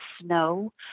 snow